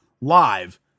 live